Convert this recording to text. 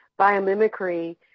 biomimicry